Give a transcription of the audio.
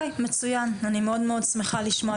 מצוין, אני מאוד שמחה לשמוע.